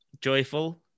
joyful